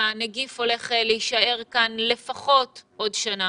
שהנגיף הולך להישאר כאן לפחות עוד שנה.